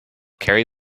carry